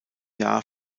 jahr